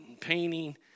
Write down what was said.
painting